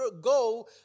go